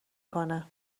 کنه